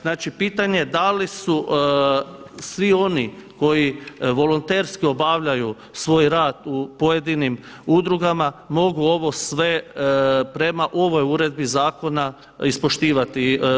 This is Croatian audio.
Znači pitanje je dali su svi oni koji volonterski obavljaju svoj rad u pojedinim udrugama mogu ovo sve prema ovoj uredbi zakona ispoštivati.